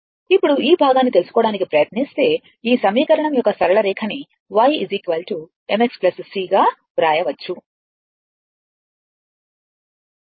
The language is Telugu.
ఇప్పుడు ఈ భాగాన్ని తెలుసుకోవడానికి ప్రయత్నిస్తే ఈ సమీకరణం యొక్క సరళ రేఖ ని y m x c గా వ్రాయవచ్చు